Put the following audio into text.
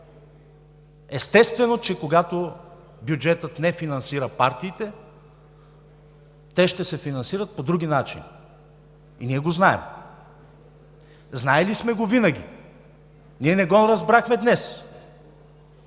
Естествено когато бюджетът не финансира партиите, те ще се финансират по други начини. Ние го знаем и винаги сме го знаели. Ние не го разбрахме днес.